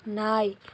நாய்